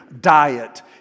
diet